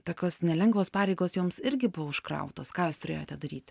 tokios nelengvos pareigos jums irgi buvo užkrautos ką jūs turėjote daryti